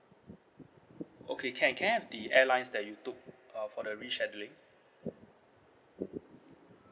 okay can can I have the airlines that you took uh for the rescheduling